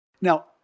Now